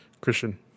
Christian